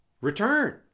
return